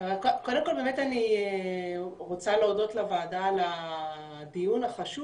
כל באמת אני רוצה להודות לוועדה על הדיון החשוב